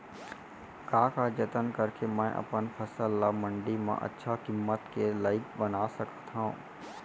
का का जतन करके मैं अपन फसल ला मण्डी मा अच्छा किम्मत के लाइक बना सकत हव?